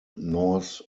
norse